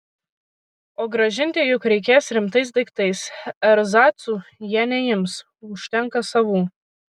o grąžinti juk reikės rimtais daiktais erzacų jie neims užtenka savų